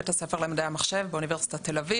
בית הספר למדעי המחשב באוניברסיטת תל אביב